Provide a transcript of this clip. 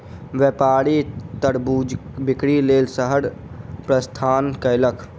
व्यापारी तरबूजक बिक्री लेल शहर प्रस्थान कयलक